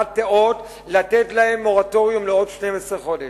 תיאות לתת להם מורטוריום לעוד 12 חודש.